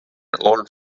old